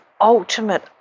ultimate